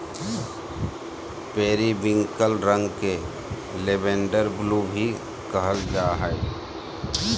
periwinkle रंग के lavender blue भी कहल जा हइ